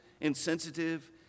insensitive